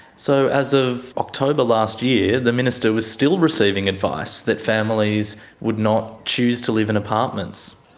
so as of october last year, the minister was still receiving advice that families would not choose to live in apartments.